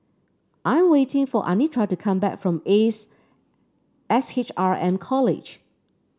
I'm waiting for Anitra to come back from Ace S H R M College